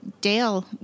Dale